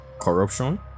corruption